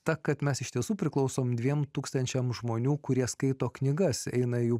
ta kad mes iš tiesų priklausome dviem tūkstančiams žmonių kurie skaito knygas eina jų